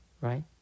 Right